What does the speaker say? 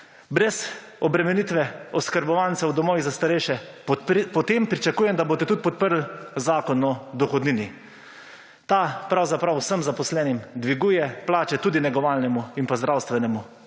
brez obremenitve oskrbovancev v domovih za starejše, potem pričakujem, da boste tudi podprli Zakon o dohodnini. Ta pravzaprav vsem zaposlenim dviguje plače, tudi negovalnemu in pa zdravstvenemu